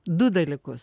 du dalykus